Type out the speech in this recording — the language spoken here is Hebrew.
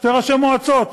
שני ראשי מועצות.